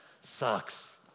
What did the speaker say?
sucks